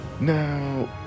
now